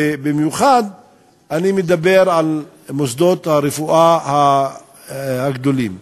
אני מדבר על מוסדות הרפואה הגדולים במיוחד.